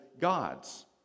gods